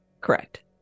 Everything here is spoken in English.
correct